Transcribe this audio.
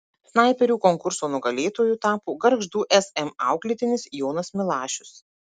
snaiperių konkurso nugalėtoju tapo gargždų sm auklėtinis jonas milašius